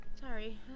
Sorry